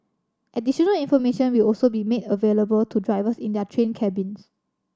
additional information will also be made available to drivers in their train cabins